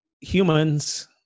humans